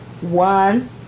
one